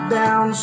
down